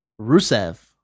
Rusev